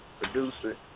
producer